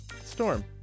Storm